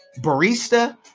barista